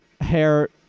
hair